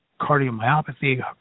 cardiomyopathy